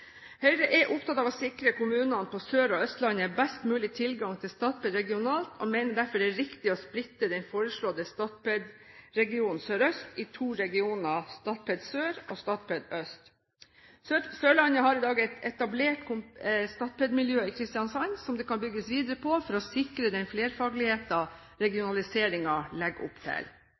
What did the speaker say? Høyre er opptatt av å sikre kommunene på Sør- og Østlandet best mulig tilgang til Statped regionalt og mener derfor det er riktig å splitte den foreslåtte Statped-regionen Sørøst i to regioner: Statped Sør og Statped Øst. Sørlandet har i dag et etablert Statped-miljø i Kristiansand som det kan bygges videre på for å sikre den flerfagligheten som regionaliseringen legger opp til.